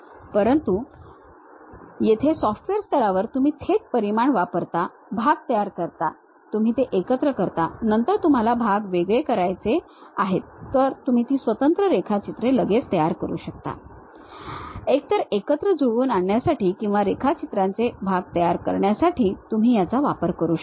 परंतु येथे सॉफ्टवेअर स्तरावर तुम्ही थेट परिमाण वापरता भाग तयार करता तुम्ही ते एकत्र करता नंतर तुम्हाला भाग वेगळे करायचे आहेत तर तुम्ही ती स्वतंत्र रेखाचित्रे लगेच तयार करू शकता एकतर एकत्र जुळवून आणण्यासाठी किंवा रेखाचित्रांचे भाग बनवण्यासाठी तुम्ही याचा वापर करू शकता